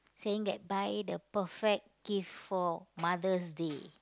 saying that buy the perfect gift for Mother's-Day